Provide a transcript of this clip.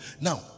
Now